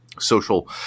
social